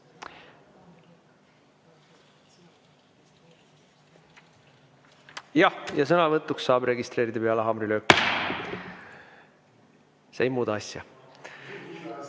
Jah, sõnavõtuks saab registreeruda peale haamrilööki. See ei muuda asja.